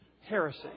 heresy